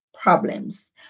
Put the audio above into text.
problems